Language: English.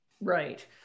Right